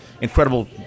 incredible